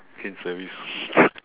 train service